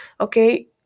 okay